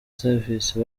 service